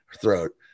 throat